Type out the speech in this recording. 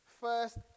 first